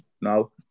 no